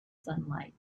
sunlight